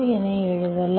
என எழுதலாம்